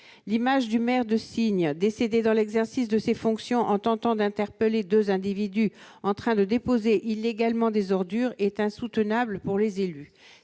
Le drame du maire de Signes, décédé dans l'exercice de ses fonctions en tentant d'interpeller deux individus en train de déposer illégalement des ordures, est insupportable pour les élus